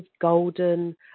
golden